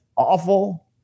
awful